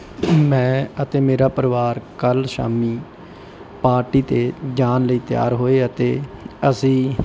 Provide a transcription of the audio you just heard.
ਮੈਂ ਅਤੇ ਮੇਰਾ ਪਰਿਵਾਰ ਕੱਲ ਸ਼ਾਮੀ ਪਾਰਟੀ 'ਤੇ ਜਾਣ ਲਈ ਤਿਆਰ ਹੋਏ ਅਤੇ ਅਸੀਂ